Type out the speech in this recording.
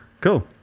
Cool